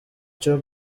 cyo